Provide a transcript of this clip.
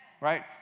right